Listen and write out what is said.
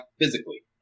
physically